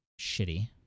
shitty